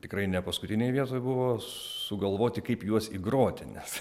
tikrai ne paskutinėj vietoj buvo sugalvoti kaip juos įgroti nes